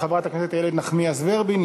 ולאחריו, חברת הכנסת איילת נחמיאס ורבין.